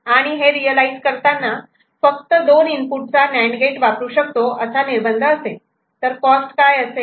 आणि हे रियलायझ करताना फक्त 2 इनपुट चा नांड गेट वापरू शकतो असा निर्बंध असेल असेल तर कॉस्ट काय असेल